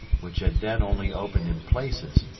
which had then only opened in places,